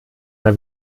mal